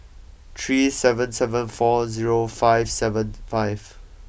three seven seven four zero five seven five